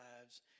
lives